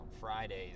Fridays